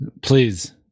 Please